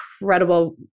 incredible